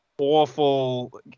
Awful